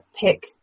pick